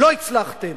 לא הצלחתם.